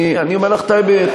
אני אומר לך את האמת,